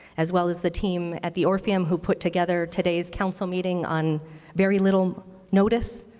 as well as the team at the orpheum, who put together today's council meeting on very little notice.